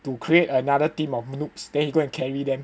to create another team of noobs then he go and carry them